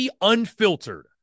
Unfiltered